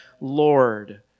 Lord